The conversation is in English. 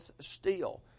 steel